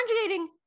Conjugating